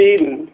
Eden